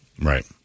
Right